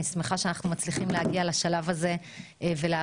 אני שמחה שאנחנו מצליחים להגיע לשלב הזה